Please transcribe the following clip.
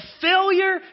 failure